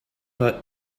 her